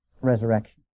Resurrection